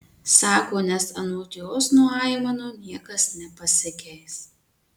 sako nes anot jos nuo aimanų niekas nepasikeis